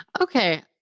Okay